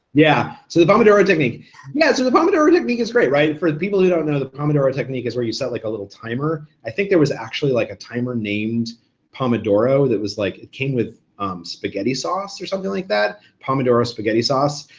yeah, so the pomodoro technique. yeah, so the pomodoro technique is great, right? for the people who don't know, the pomodoro technique is where you set like a little timer, i think there was actually like a timer named pomodoro that like came with spaghetti sauce or something like that, pomodoro spaghetti sauce.